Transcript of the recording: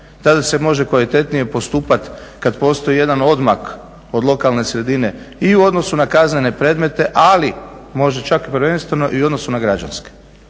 tada se može kvalitetnije postupati kada postoji jedan odmak od lokalne sredine i u odnosu na kaznene predmete ali možde čak i prvenstveno u odnosu na građanske.